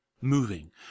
moving